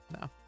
no